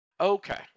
Okay